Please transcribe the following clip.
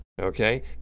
okay